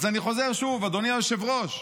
אז אני חוזר שוב, אדוני היושב-ראש: